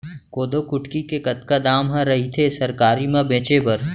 कोदो कुटकी के कतका दाम ह रइथे सरकारी म बेचे बर?